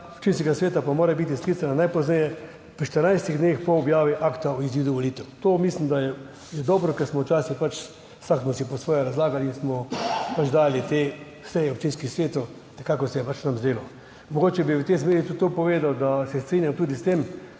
občinskega sveta pa mora biti sklicana najpozneje v 14 dneh po objavi akta o izidu volitev. Mislim, da je to dobro, ker smo si včasih pač razlagali vsak po svoje in smo dajali te seje občinskih svetov, takrat ko se je pač nam zdelo. Mogoče bi v tej smeri tudi to povedal, da se strinjam tudi s tem,